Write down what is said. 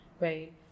right